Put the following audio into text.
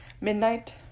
Midnight